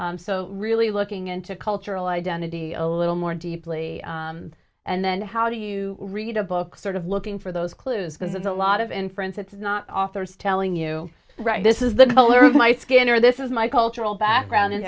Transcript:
so really looking into cultural identity a little more deeply and then how do you read a book sort of looking for those clues because it's a lot of inference it's not authors telling you right this is the color of my skin or this is my cultural background and